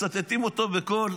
מצטטים אותו בכל